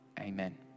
Amen